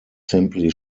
simply